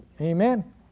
Amen